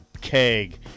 keg